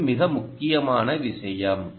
இது மிக முக்கியமான விஷயம்